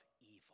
evil